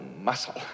muscle